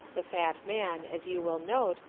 the fat man, as you will note,